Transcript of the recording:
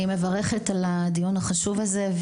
אני מברכת על הדיון החשוב הזה.